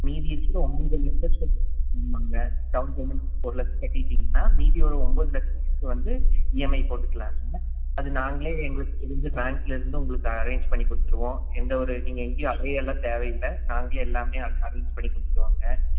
மீதியிருக்கிற ஒம்பது லட்சத்தை ஆமாம்ங்க டவுன் பேமண்ட் ஒரு லட்சம் கட்டிவிட்டிங்கன்னா மீதி உள்ள ஒம்பது லட்சத்துக்கு வந்து இஎம்ஐ போட்டுக்கலாங்க அது நாங்களே எங்களுக்கு தெரிஞ்ச பேங்க்லர்ந்து உங்களுக்கு அரேஞ்ச் பண்ணி கொடுத்துருவோம் எந்தவொரு நீங்கள் எங்கேயும் அலையலாம் தேவை இல்லை நாங்களே எல்லாமே அ அரேஞ்ச் பண்ணி கொடுத்துருவோங்க